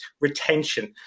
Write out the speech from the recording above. retention